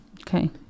Okay